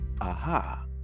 aha